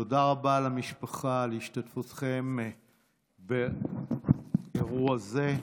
תודה רבה למשפחה על השתתפותכם באירוע זה.